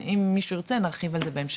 אם מישהו ירצה, נרחיב על זה בהמשך.